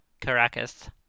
Caracas